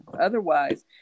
Otherwise